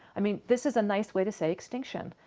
i mean this is a nice way to say extinction.